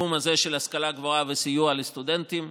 בתחום הזה של השכלה גבוהה וסיוע לסטודנטים.